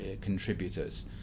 contributors